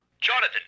Jonathan